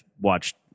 watched